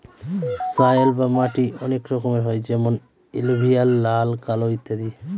soil বা মাটি অনেক রকমের হয় যেমন এলুভিয়াল, লাল, কালো ইত্যাদি